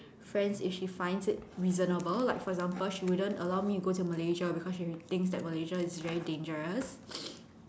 friends if she finds it reasonable like for example she wouldn't allow me to go Malaysia because she thinks that Malaysia is very dangerous